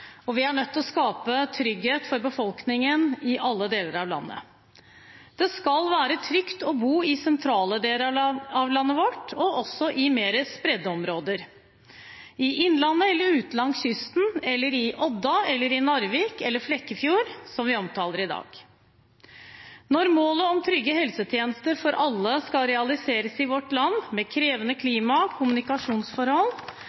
sykehus. Vi er nødt til å skape trygghet for befolkningen i alle deler av landet. Det skal være trygt å bo i sentrale deler av landet vårt og også i mer spredt befolkede områder – i innlandet eller ute langs kysten – i Odda, i Narvik eller i Flekkefjord, som vi omtaler i dag. Når målet om trygge helsetjenester for alle skal realiseres i vårt land – med krevende